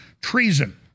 treason